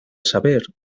saber